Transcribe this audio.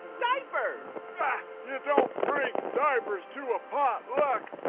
diapers you don't bring diapers to a potluck.